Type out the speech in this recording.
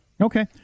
Okay